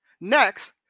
Next